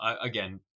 Again